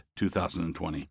2020